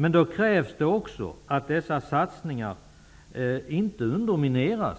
Men då krävs det också att dessa satsningar inte undermineras